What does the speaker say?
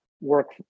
work